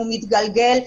מתגלגל,